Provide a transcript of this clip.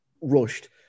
rushed